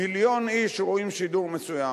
מיליון איש רואים שידור מסוים,